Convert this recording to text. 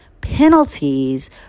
penalties